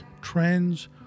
trends